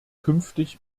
künftig